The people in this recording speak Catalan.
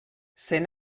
cent